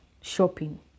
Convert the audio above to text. shopping